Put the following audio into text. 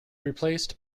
replaced